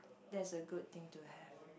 that's a good thing to have